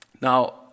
Now